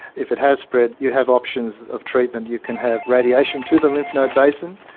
if it has spread you have options of treatment, you can have radiation to the lymph node basin,